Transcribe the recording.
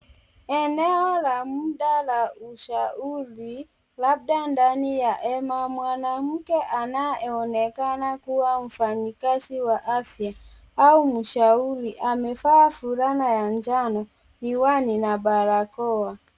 Eneo la mda la ushauri labda ndani ya hema, mwanamke anayeonekana kuwa mfanyikazi wa afya au mshauri amevaa fulana ya njano, miwani na barakoa.